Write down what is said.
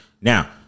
Now